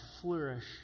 flourish